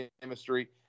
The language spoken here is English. chemistry